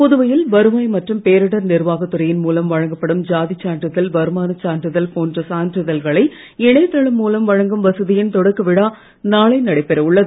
புதுவையில் வருவாய் மற்றும் பேரிடர் நிர்வாகத் துறையின் மூலம் வழங்கப்படும் ஜாதிச் சான்றிதழ் வருமானச் சான்றிதழ் போன்ற சான்றிதழ்களை இணைய தளம் மூலம் வழங்கும் வசதியின் தொடக்க விழா நாளை நடைபெற உள்ளது